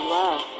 love